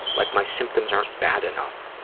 like my symptoms aren't bad enough.